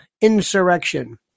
insurrection